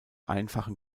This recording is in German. einfachem